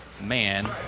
man